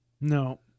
No